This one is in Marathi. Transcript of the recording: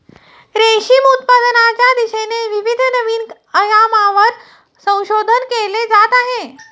रेशीम उत्पादनाच्या दिशेने विविध नवीन आयामांवर संशोधन केले जात आहे